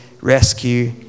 rescue